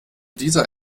dieser